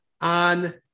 on